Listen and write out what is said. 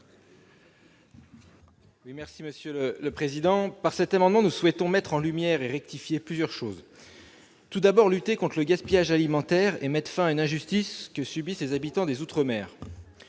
l'amendement n° 119. Par cet amendement, nous souhaitons mettre en lumière et rectifier plusieurs pratiques. Nous voulons tout d'abord lutter contre le gaspillage alimentaire et mettre fin à une injustice que subissent les habitants des outre-mer.